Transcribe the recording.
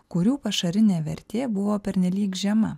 kurių pašarinė vertė buvo pernelyg žema